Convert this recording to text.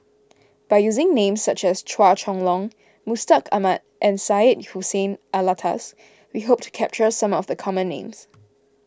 by using names such as Chua Chong Long Mustaq Ahmad and Syed Hussein Alatas we hope to capture some of the common names